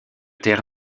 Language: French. terre